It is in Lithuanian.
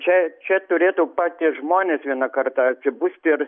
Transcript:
čia čia turėtų patys žmonės vieną kartą atsibusti ir